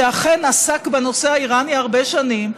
שאכן עסק בנושא האיראני הרבה שנים,